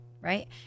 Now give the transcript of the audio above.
right